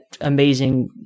amazing